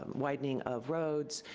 um widening of roads,